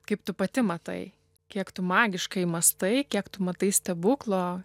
kaip tu pati matai kiek tu magiškai mąstai kiek tu matai stebuklo